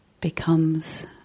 becomes